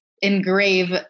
engrave